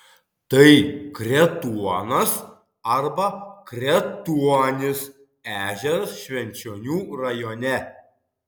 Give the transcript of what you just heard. tai kretuonas arba kretuonis ežeras švenčionių rajone